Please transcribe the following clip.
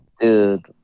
Dude